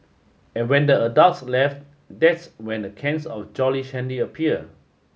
and when the adults left that's when the cans of Jolly Shandy appear